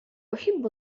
أحب